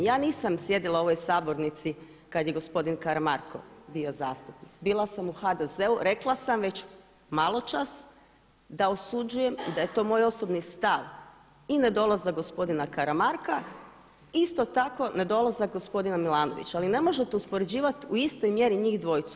Ja nisam sjedila u ovoj Sabornici kad je gospodin Karamarko bio zastupnik, bila sam u HDZ-u, rekla sam već maločas da osuđujem i da je to moj osobni stav i nedolazak gospodina Karamarka i isto tako nedolazak gospodina Milanovića, ali ne možete uspoređivati u istoj mjeri njih dvojicu.